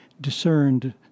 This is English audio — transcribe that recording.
discerned